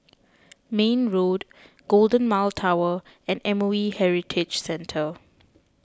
Mayne Road Golden Mile Tower and M O E Heritage Centre